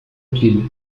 pile